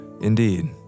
Indeed